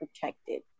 protected